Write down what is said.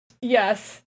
Yes